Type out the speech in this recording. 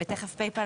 ותיכף "פייפאל",